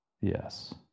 Yes